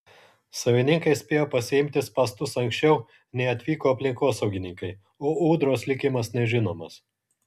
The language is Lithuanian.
savininkai spėjo pasiimti spąstus anksčiau nei atvyko aplinkosaugininkai o ūdros likimas nežinomas